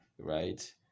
Right